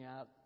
out